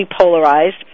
polarized